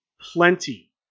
plenty